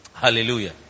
Hallelujah